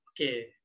Okay